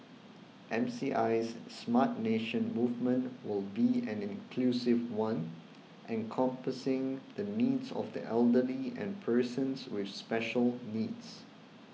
M C I S Smart Nation movement will be an inclusive one encompassing the needs of the elderly and persons with special needs